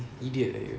idiot lah you